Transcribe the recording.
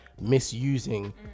misusing